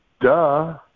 Duh